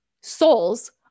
souls